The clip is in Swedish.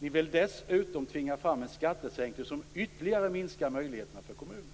Ni vill dessutom tvinga fram en skattesänkning som ytterligare minskar möjligheterna för kommunerna.